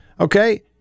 Okay